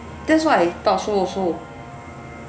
that's what I thought so also